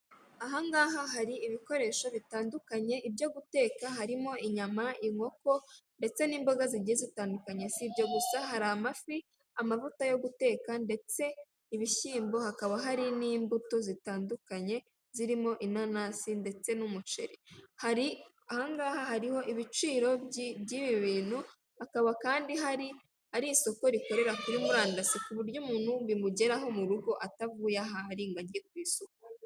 Ahangaha hari ibikoresho bitandukanye ibyo guteka harimo inyama, inkoko, ndetse n'imboga zigiye zitandukanye. Si ibyo gusa hari amafi amavuta yo guteka ndetse n'ibishyimbo hakaba hari n'imbuto zitandukanye zirimo inanasi ndetse n'umuceri hari, aha ngaha hariho ibiciro by'ibi bintu hakaba kandi hari ari isoko rikorera kuri murandasi ku buryo umuntu bimugeraho mu rugo atavuye ahari ngo ajye ku isoko.